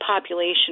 Population